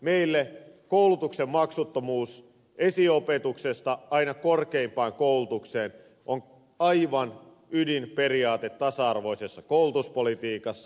meille koulutuksen maksuttomuus esiopetuksesta aina korkeimpaan koulutukseen on aivan ydinperiaate tasa arvoisessa koulutuspolitiikassa